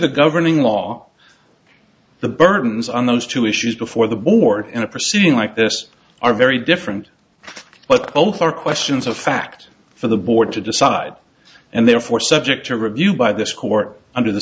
the governing law the burdens on those two issues before the board in a proceeding like this are very different but both are questions of fact for the board to decide and therefore subject to review by this court under the